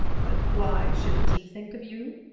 but why shouldn't he think of you?